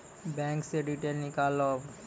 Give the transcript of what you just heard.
Bank से detail नीकालव?